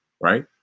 right